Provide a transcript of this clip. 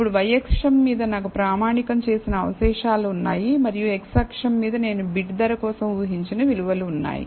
ఇప్పుడు y అక్షం మీద నాకు ప్రామాణికం చేసిన అవశేషాలు ఉన్నాయి మరియు x అక్షం మీద నేను బిడ్ ధర కోసం ఊహించిన విలువలు ఉన్నాయి